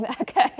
Okay